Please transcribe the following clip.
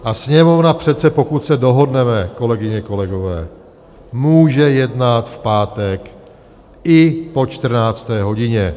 A Sněmovna přece, pokud se dohodneme, kolegyně, kolegové, může jednat v pátek i po 14. hodině.